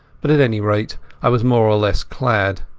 but at any rate i was more or less clad.